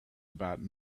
about